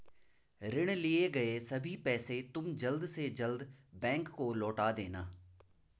ऋण लिए गए सभी पैसे तुम जल्द से जल्द बैंक को लौटा देना